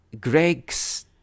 Greg's